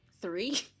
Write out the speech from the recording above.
three